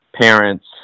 parents